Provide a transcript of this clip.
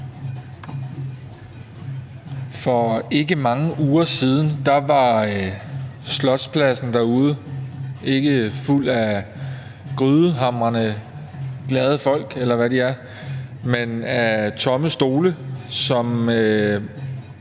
For ikke mange uger siden var Slotspladsen derude ikke fuld af grydehamrende glade folk, eller hvad de er, men af tomme stole, som